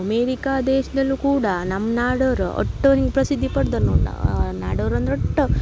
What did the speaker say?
America ದೇಶದಲ್ಲೂ ಕೂಡ ನಮ್ಮ ನಾಡೋರು ಅಷ್ಟು ಹಿಂಗೆ ಪ್ರಸಿದ್ಧಿ ಪಡ್ದೋರು ನೋಡಿ ನಾಡೋರು ಅಂದ್ರೆ ಅಷ್ಟ್